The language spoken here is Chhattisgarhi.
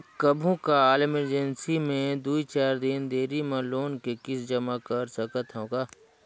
कभू काल इमरजेंसी मे दुई चार दिन देरी मे लोन के किस्त जमा कर सकत हवं का?